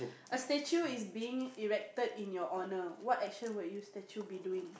a statue is being erected in your honor what action would you statue be doing